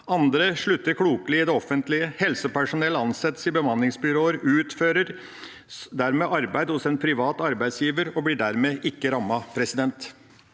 Andre slutter klokelig i det offentlige. Helsepersonell ansettes i bemanningsbyråer og utfører arbeid hos en privat arbeidsgiver og blir dermed ikke rammet.